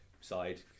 side